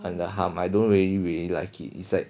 and the hum I don't really really like it is like